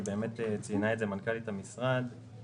וציינה את זה מנכ"לית המשרד,